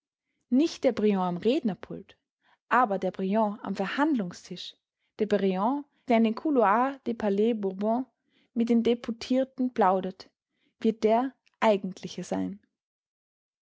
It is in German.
nicht der briand am rednerpult aber der briand am verhandlungstisch der briand der in den couloirs des palais bourbon mit den deputierten plaudert wird der eigentliche sein